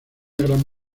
gran